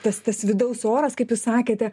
tas tas vidaus oras kaip jūs sakėte